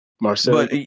Marcel